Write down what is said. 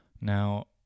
Now